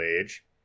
age